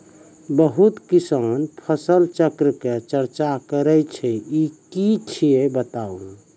बहुत किसान फसल चक्रक चर्चा करै छै ई की छियै बताऊ?